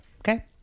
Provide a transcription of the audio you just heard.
Okay